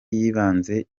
yibanze